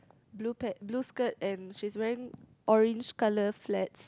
blue pad blue skirt and she's wearing orange colour flats